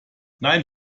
nein